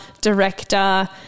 director